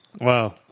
Wow